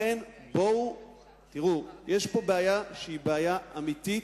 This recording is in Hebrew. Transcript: יש פה בעיה אמיתית,